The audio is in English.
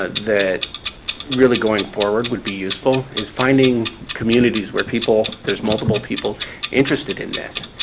ah that really, going forward, would be useful, is finding communities where people there's multiple people interested in this,